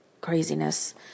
craziness